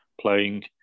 playing